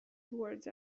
towards